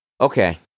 Okay